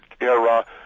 era